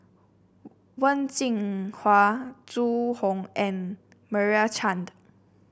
Wen Jinhua Zhu Hong and Meira Chand